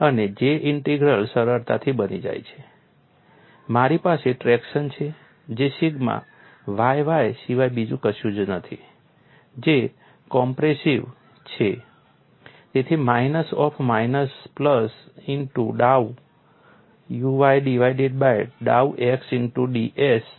અને J integral સરળતાથી બની જાય છે મારી પાસે ટ્રેક્શન છે જે સિગ્મા yy સિવાય બીજું કશું જ નથી જે કોમ્પ્રેસિવ છે તેથી minus of minus plus into dow uy divided by dow x into ds થાય છે